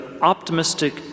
optimistic